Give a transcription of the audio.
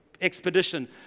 Expedition